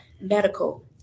medical